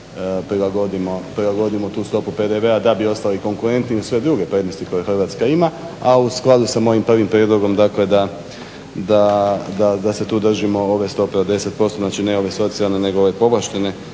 prilagodimo tu stopu PDV-a da bi ostali konkurentni uz sve druge prednosti koje Hrvatska ima a u skladu sa mojim prvim prijedlogom da se tu držimo ove stope od deset posto, dakle ne ove socijalne nego ove povlaštene